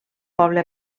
poble